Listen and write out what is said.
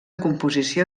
composició